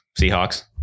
seahawks